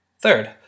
Third